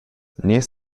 nies